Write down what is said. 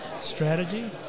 strategy